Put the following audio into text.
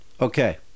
Okay